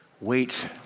wait